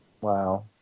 Wow